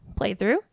playthrough